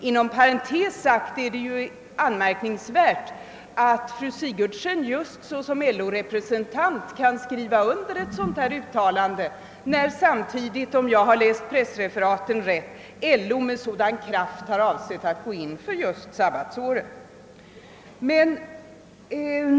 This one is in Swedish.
Inom parentes sagt är det anmärkningsvärt att fru Sigurdsen just såsom LO-representant kan skriva under ett sådant här uttalande, när samtidigt LO — om jag har läst pressreferaten rätt — med sådan kraft har avsett att gå in för sabbatsåret.